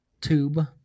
tube